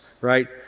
right